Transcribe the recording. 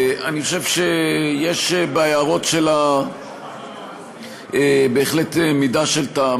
אני חושב שיש בהערות שלה בהחלט מידה של טעם,